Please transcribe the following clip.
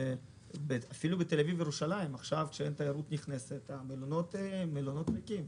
אפילו בתל-אביב ובירושלים עכשיו כשאין תיירות נכנסת המלונות ריקים.